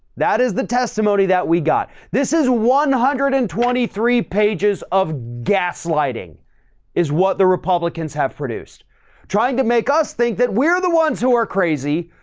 that is the testimony that we got. this is one hundred and twenty three pages of gaslighting is what the republicans have produced trying to make us think that we're the ones who are crazy,